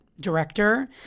director